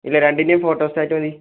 ഇല്ല രണ്ടിന്റെയും ഫോട്ടോസ്റ്റാറ്റ് മതി